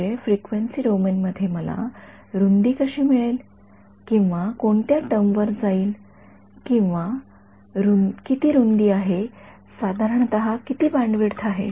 म्हणजे frequency domain मध्ये मला रूंदी कशी कळेल किंवा कोणत्या टर्म वर जाईल किंवा किती रुंदी आहे साधारणतः किती बँडविड्थ आहे